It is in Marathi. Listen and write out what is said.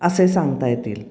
असे सांगता येतील